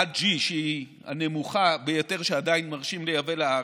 עד G, שהיא הנמוכה ביותר שעדיין מרשים לייבא לארץ,